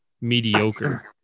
mediocre